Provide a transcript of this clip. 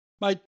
Mate